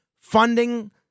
funding